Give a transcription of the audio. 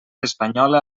espanyola